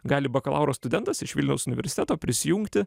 gali bakalauro studentas iš vilniaus universiteto prisijungti